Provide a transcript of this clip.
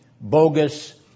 bogus